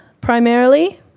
primarily